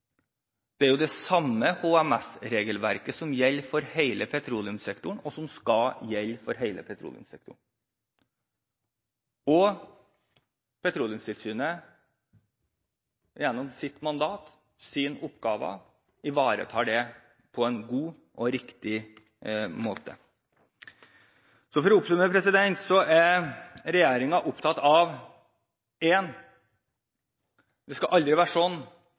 Det er det samme HMS-regelverket som gjelder for hele petroleumssektoren, og som skal gjelde for hele petroleumssektoren. Petroleumstilsynet ivaretar dette gjennom sitt mandat, gjennom sine oppgaver, på en god og riktig måte. For å oppsummere er regjeringen opptatt av følgende: Det skal aldri være